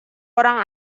orang